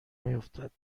میافتد